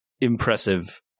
impressive